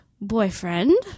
boyfriend